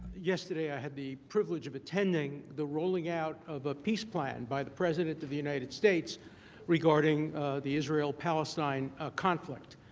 yesterday i had the privilege of attending the rolling out of a peace plan by the president of the united states regarding the israel, palestine conflict.